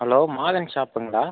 hello Madhan ஷாப்புங்களா